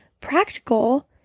practical